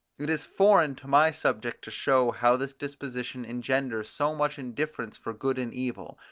it is foreign to my subject to show how this disposition engenders so much indifference for good and evil,